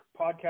podcast